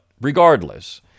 regardless